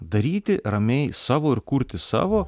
daryti ramiai savo ir kurti savo